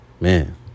Man